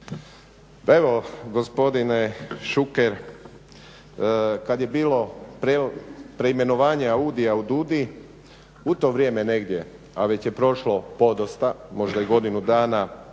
evo gospodine Šuker, kad je bilo preimenovanje AUDI-ja u DUDI u to vrijeme negdje, a već je prošlo podosta, možda i godinu dana,